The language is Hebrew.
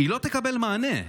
לא תקבל מענה.